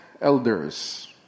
elders